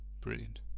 Brilliant